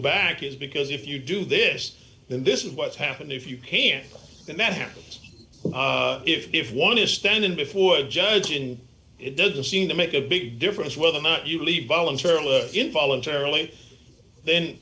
back is because if you do this then this is what's happened if you came here and that happens if one is standing before a judge and it doesn't seem to make a big difference whether or not you leave voluntarily or involuntarily then